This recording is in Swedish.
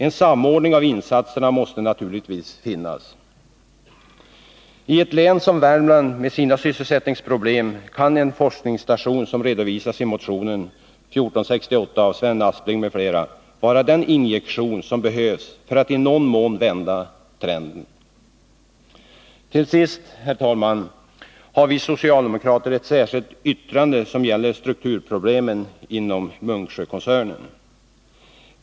En samordning av insatserna måste naturligtvis finnas. I ett län som Värmland med dess sysselsättningsproblem kan en forskningsstation av det slag som redovisats i motionen 1980/81:1468 av Sven Aspling m.fl. vara den injektion som behövs för att i någon mån vända trenden. Till sist, herr talman, har vi socialdemokrater ett särskilt yttrande som gäller strukturproblemen inom Munksjökoncernen.